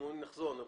עוד נחזור אליך.